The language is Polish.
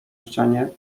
ścianie